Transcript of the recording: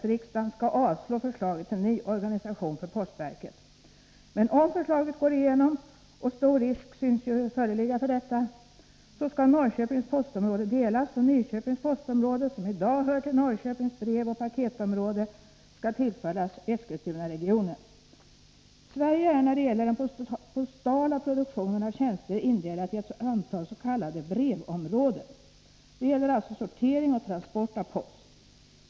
Nr 45 riksdagen skall avslå förslaget till ny organisation för postverket. Men om Tisdagen den förslaget går igenom — och stor risk synes ju föreligga för detta — så skall 13 december 1983 Norrköpings postområde delas och Nyköpings postområde, som i dag hör till = Norrköpings brevoch paketområde, tillföras Eskilstunaregionen. Ny organisation för Sverige är när det gäller den postala produktionen av tjänster indelat i ett postverket antal s.k. brevområden. Det gäller alltså sortering och transport av post.